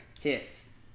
Hits